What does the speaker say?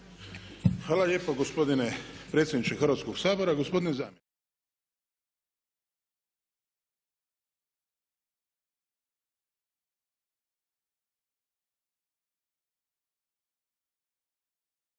Hvala lijepa gospodine predsjedniče hrvatskoga sabora.